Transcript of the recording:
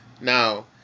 Now